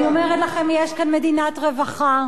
אני אומרת לכם, יש כאן מדינת רווחה.